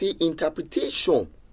interpretation